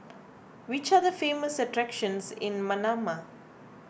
which are the famous attractions in Manama